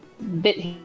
bit